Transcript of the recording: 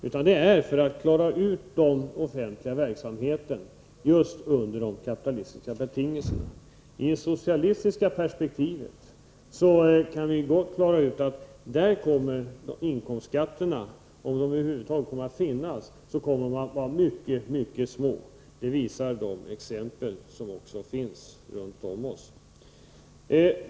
Dem har vi för att klara den offentliga verksamheten under de kapitalistiska betingelserna. I det socialistiska perspektivet kommer inkomstskatterna — om de över huvud taget kommer att finnas — att vara mycket, mycket små. Det visar de exempel som finns runt om oss.